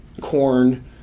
corn